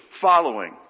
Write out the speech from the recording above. following